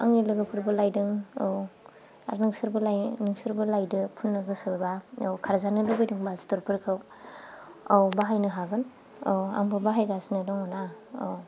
आंनि लोगोफोरबो लाइदों औ आर नोंसोरबो लाइ नोंसोरबो लाइदो फुननो गोसोबा औ खारजानो लुबैदोंबा सिथरफोरखौ औ बाहायनो हागोन औ आंबो बाहायगासिनो दङना औ